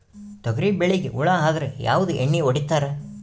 ತೊಗರಿಬೇಳಿಗಿ ಹುಳ ಆದರ ಯಾವದ ಎಣ್ಣಿ ಹೊಡಿತ್ತಾರ?